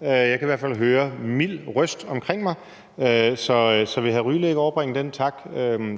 jeg kan i hvert fald høre mild røst omkring mig. Så vil hr. Alexander Ryle ikke overbringe den tak